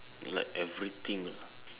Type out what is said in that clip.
like everything ah